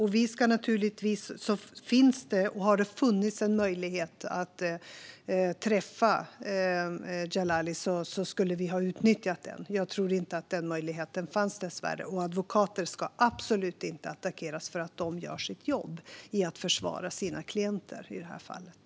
Hade det funnits en möjlighet att träffa Djalali skulle vi ha utnyttjat den. Jag tror inte att den möjligheten fanns, dessvärre. Och advokater ska absolut inte attackeras för att de gör sitt jobb - i det här fallet att försvara sina klienter.